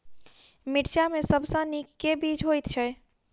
मिर्चा मे सबसँ नीक केँ बीज होइत छै?